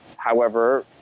however,